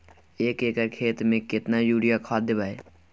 एक एकर खेत मे केतना यूरिया खाद दैबे?